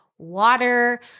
Water